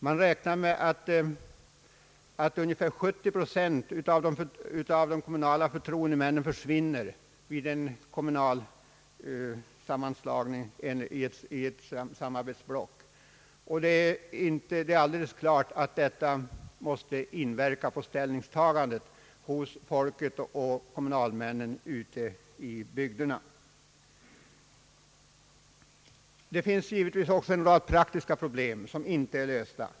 Man räknar med att ungefär 70 procent av de kommunala förtroendemännen försvinner vid en kommunal sammanslagning i ett samarbetsblock. Detta måste inverka på ställningstagandet hos folket och bland kommunalmännen ute i bygderna. Det finns givetvis också en rad praktiska problem som inte är lösta.